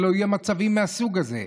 ולא יהיו מצבים מהסוג הזה.